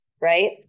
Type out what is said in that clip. right